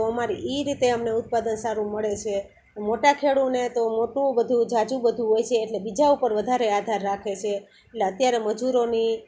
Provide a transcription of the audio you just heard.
તો અમારે ઇ રીતે અમને ઉત્પાદન સારું મળે છે મોટા ખેડૂને તો મોટું બધું ઝાઝું બધું હોય છે એટલે બીજા ઉપર વધારે આધાર રાખે છે એટલે અત્યારે મજૂરોની